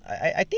I I I think